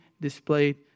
displayed